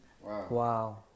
Wow